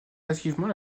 activement